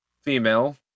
female